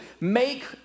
make